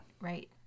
Right